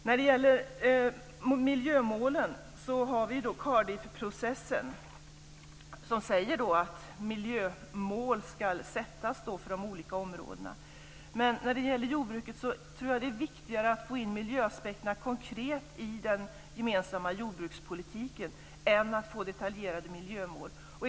När det gäller miljömålen sägs det i Cardiffprocessen att man ska sätta upp miljömål för de olika områdena. Men i fråga om jordbruket tror jag att det är viktigare att få in miljöaspekterna konkret i den gemensamma jordbrukspolitiken än att få detaljerade miljömål.